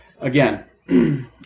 Again